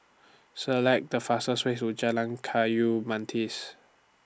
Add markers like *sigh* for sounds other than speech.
Select The fastest ways to Jalan Kayu *unintelligible*